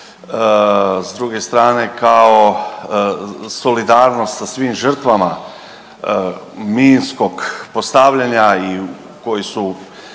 s druge strane kao solidarnost sa svim žrtvama minskog postavljanja i koji su